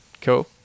Cool